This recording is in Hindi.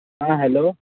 हाँ हैलो